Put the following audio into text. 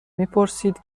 میپرسید